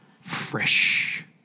fresh